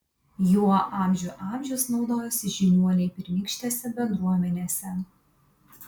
juo amžių amžius naudojosi žiniuoniai pirmykštėse bendruomenėse